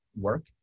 work